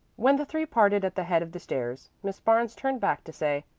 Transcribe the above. when the three parted at the head of the stairs, miss barnes turned back to say,